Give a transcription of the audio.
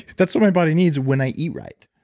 that's what my body needs when i eat right.